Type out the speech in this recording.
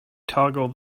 toggle